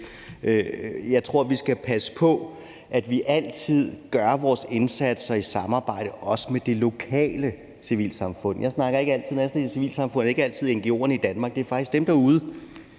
Jeg tror, vi skal passe på og altid gøre vores indsatser i samarbejde også med det lokale civilsamfund. Når jeg siger civilsamfund, er det ikke altid ngo'erne i Danmark. Det er faktisk dem derude,